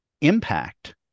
impact